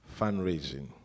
fundraising